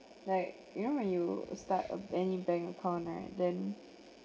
like you know when you start uh any bank account right then